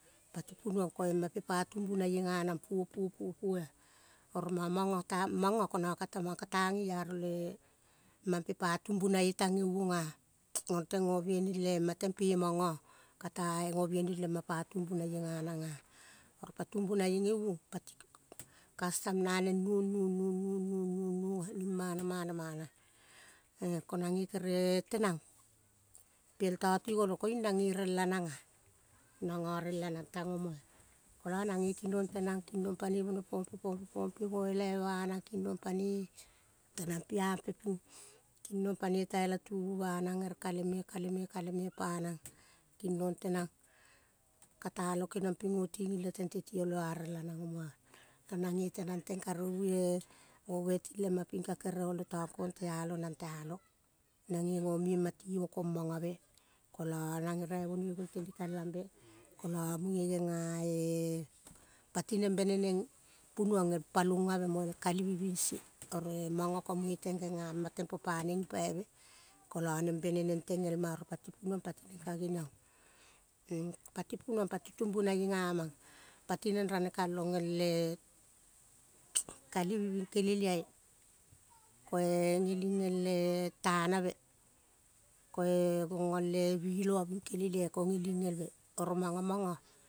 Pati muonong, mape pa tumbunaie go neng puo, puo, puo, oro manga, ta manga, ko nang kata giearo le mam pe pa tumbinaie gie uong ah. Nongo tent gp biening le mateng pe mango, kate-eh go biening le mapa tumbunaie ga nang ah. Pa tumbunaie geiuong, kastam naneng nuong, nuong, nuong, nuong, ning mana, mana, mana ah. Koe-ko nange kere tenang piel tong tiolo, koing nange relanang ah. Nango rela nang tang omo ah. Kolo nang kinong tenang, king nong pai pone pom pe, pompe pompe, pompe, goelave ba nang, kingnong panoi tenang pia pe, king nong panoi tailatuvu ba nang ere kale me, kale, me, kale, me pa nang king nong tenang, kata long keniong ping go tiging le tent tiolo, ah rela nang omo ah, ko nange tenang teng, karovu eh, go weting le ma ping, kagere olo tong kong tialong nang tialong nang ge govie ma timo komong ave kolo nang raivonoi gong teli kalambe. Kolo muge genga, eh. Pati neng bene neng punuong el palong ave moe kalivi bing sie, oro mango muge teng genga mam po teteng pa neng gipaive, kolo neng beneneg teno el ma, oro, pati punong pati neng kageniong. Pati punong pati tumbunaie ga mang, tineng ranekalong el eh kalivi bing keneliai koe geling el eh tanave koe, gong gol e biloa bing keneliai go geling elve. Oro mango mango.